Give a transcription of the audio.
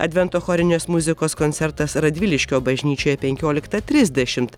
advento chorinės muzikos koncertas radviliškio bažnyčioje penkioliktą trisdešimt